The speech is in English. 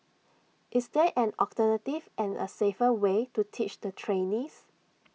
is there an alternative and A safer way to teach the trainees